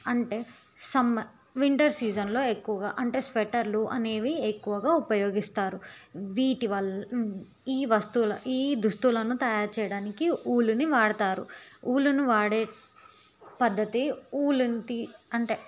అంటే summer winter సీజన్లో ఎక్కువగా అంటే స్వెటర్లు అనేవి ఎక్కువగా ఉపయోగిస్తారు వీటివల్ల ఈ వస్తువుల ఈ దుస్తులను తయారు చేయడానికి ఊలుని వాడుతారు ఊలును వాడే పద్ధతి ఊలును అంటే